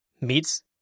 meets